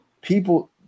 People